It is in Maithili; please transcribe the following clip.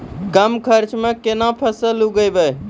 कम खर्चा म केना फसल उगैबै?